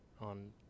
on